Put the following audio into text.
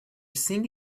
thing